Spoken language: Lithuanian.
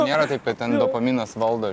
nėra taip kad ten dopaminas valdo